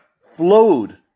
flowed